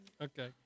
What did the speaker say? Okay